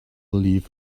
believe